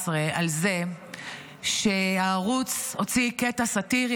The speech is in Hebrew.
14 על זה שהערוץ הוציא קטע סטירי.